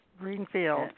Greenfield